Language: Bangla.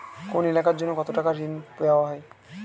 কোন এলাকার জন্য কত টাকা ঋণ দেয়া হয়?